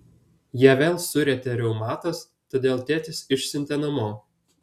ją vėl surietė reumatas todėl tėtis išsiuntė namo